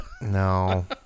No